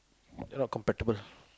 not compatible